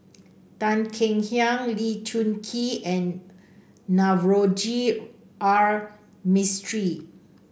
Tan Kek Hiang Lee Choon Kee and Navroji R Mistri